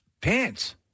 pants